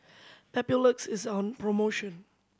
Papulex is on promotion